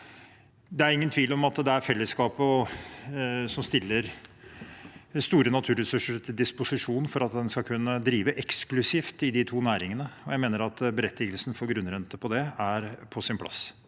Det er ingen tvil om at det er fellesskapet som stiller store naturressurser til disposisjon for at en skal kunne drive eksklusivt i de to næringene. Jeg mener at berettigelsen for grunnrente på det er på sin plass.